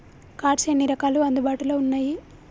Cards ఎన్ని రకాలు అందుబాటులో ఉన్నయి?